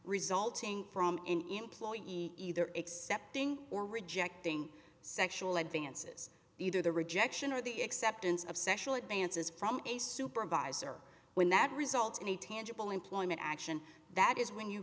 resulting from employee either accepting or rejecting sexual advances either the rejection or the acceptance of sexual advances from a supervisor when that results in a tangible employment action that is when you